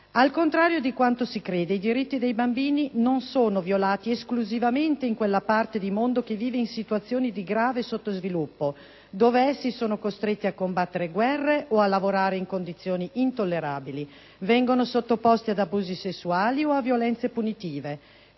Al contrario di quanto si crede, i diritti dei bambini non sono violati esclusivamente in quella parte del mondo che vive in situazioni di grave sottosviluppo, dove essi sono costretti a combattere guerre o a lavorare in condizioni intollerabili, vengono sottoposti ad abusi sessuali o a violenze punitive,